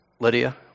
Lydia